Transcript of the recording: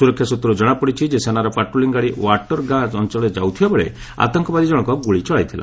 ସୁରକ୍ଷା ସୂତ୍ରରୁ ଜଣାପଡ଼ିଛି ଯେ ସେନାର ପାଟ୍ରୋଲି ଗାଡ଼ି ଓ୍ୱାଟର ଗାଁ ଅଞ୍ଚଳରେ ଯାଉଥିବାବେଳେ ଆତଙ୍କବାଦୀ ଜଣଙ୍କ ଗୁଳି ଚଳାଇଥିଲା